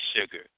sugar